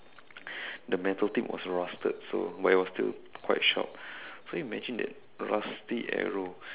the metal thing was rusted so but it was still quite sharp so imagine that rusty arrow